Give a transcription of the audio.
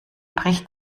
bricht